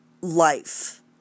life